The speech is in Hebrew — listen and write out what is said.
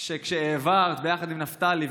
שכשהעברת ביחד עם נפתלי,